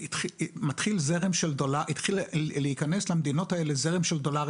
התחיל להיכנס למדינות האלה זרם של דולרים